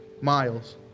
miles